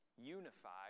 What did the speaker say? unified